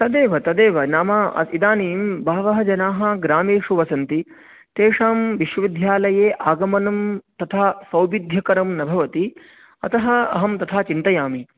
तदेव तदेव नाम अ इदानीं बहवः जनाः ग्रामेषु वसन्ति तेषां विश्वविध्यालये आगमनं तथा सौविध्यकरं न भवति अतः अहं तथा चिन्तयामि